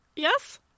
yes